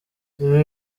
ibi